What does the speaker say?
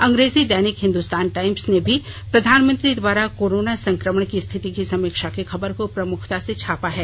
अंग्रेजी दैनिक हिंदुस्तान टाइम्स ने भी प्रधानमंत्री द्वारा कोरोना संकमण के स्थिति की समीक्षा की खबर को प्रमुखता से छापा है